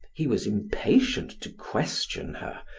he was impatient to question her,